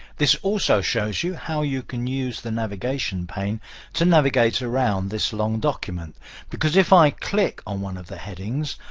this also shows you how you can use the navigation pane to navigate around this long document because if i click on one of the headings,